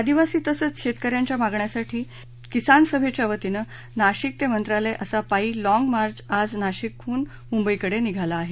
आदिवासी तसंच शेतकऱ्यांच्या मागण्यांसाठी किसान सभेच्या वतीनं नाशिक ते मंत्रालय असा पायी लाँग मार्च आज नाशिकहून मुंबईकडे निघाला आहे